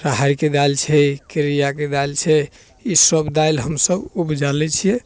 राहरिके दालि छै केरैआके दालि छै ईसब दालि हमसब उपजा लै छिए